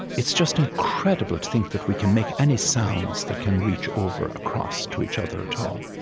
it's just incredible to think that we can make any sounds that can reach over across to each other at all.